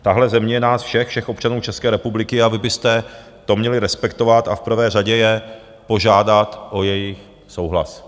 Tahle země je nás všech, všech občanů České republiky, a vy byste to měli respektovat a v prvé řadě je požádat o jejich souhlas.